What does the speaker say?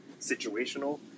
situational